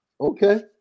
okay